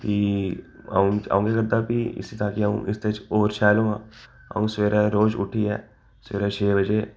फ्ही अ'ऊं अ'ऊं केह् करदा फ्ही इसी अ'ऊं इसदे च होर शैल होआ अ'ऊं सवेरेै रोज उट्ठियै सवेरे छे बजे